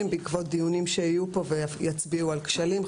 בעקבות דיונים שיהיו פה ויצביעו על כשלים,